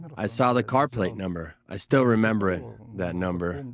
i saw the car plate number, i still remember it that number, and